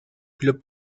globe